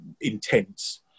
intense